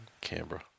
Canberra